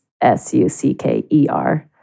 S-U-C-K-E-R